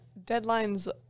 deadlines